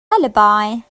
lullaby